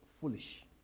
foolish